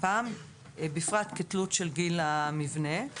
בפרט כתלות של גיל המבנה.